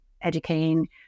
educating